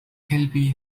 كلبي